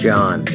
John